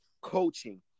coaching